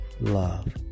love